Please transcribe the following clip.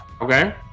okay